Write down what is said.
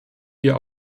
wir